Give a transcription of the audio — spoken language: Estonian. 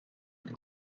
ning